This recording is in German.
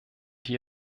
die